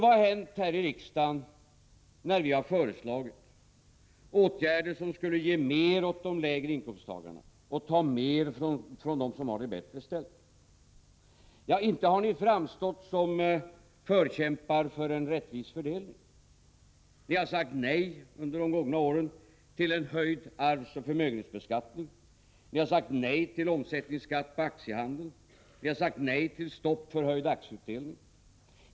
Vad har hänt här i riksdagen när vi har föreslagit åtgärder, som skulle ge mer åt inkomsttagarna med de lägre lönerna och ta mer från dem som har det bättre ställt? Ja, inte har ni framstått som förkämpar för en rättvis fördelning. Ni har sagt nej under de gångna åren till en höjd arvsoch förmögenhetsbeskattning, ni har sagt nej till omsättningsskatt på aktiehandeln och ni har sagt nej till stopp för höjd aktieutdelning.